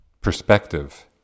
perspective